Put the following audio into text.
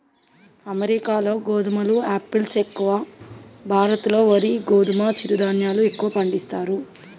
అమెరికాలో గోధుమలు ఆపిల్స్ ఎక్కువ, భారత్ లో వరి గోధుమ చిరు ధాన్యాలు ఎక్కువ పండిస్తారు